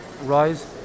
rise